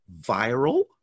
viral